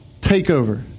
takeover